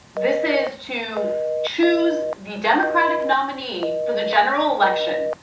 this is to choose the democratic nominee for the general election,